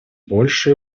больше